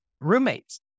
roommates